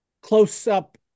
close-up